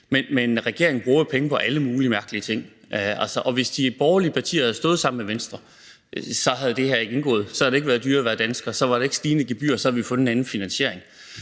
men regeringen bruger jo penge på alle mulige mærkelige ting. Og hvis de borgerlige partier havde stået sammen med Venstre, var det ikke blevet dyrere at være dansker, så var der ikke kommet stigende gebyrer, for så havde vi fundet en anden finansiering.